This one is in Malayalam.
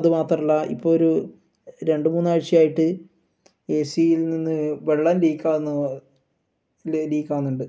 അതു മാത്രമല്ല ഇപ്പോൾ ഒരു രണ്ട് മൂന്നാഴ്ച ആയിട്ട് എ സിയിൽ നിന്ന് വെള്ളം ലീക്കാവുന്നു ലീക്ക് ലീക്കാവുന്നുണ്ട്